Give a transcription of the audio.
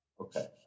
okay